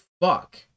fuck